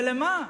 ולמה?